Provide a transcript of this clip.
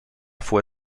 fue